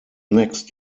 next